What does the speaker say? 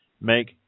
make